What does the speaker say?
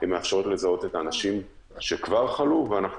הן מאפשרות לזהות את האנשים שכבר חלו ואנחנו